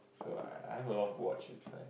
so I I have a lot of watch inside